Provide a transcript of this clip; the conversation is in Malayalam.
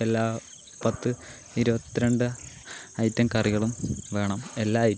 എല്ലാ പത്ത് ഇരുപത്തിരണ്ട് ഐറ്റം കറികളും വേണം എല്ലാ ഐറ്റം